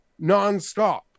nonstop